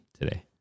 Today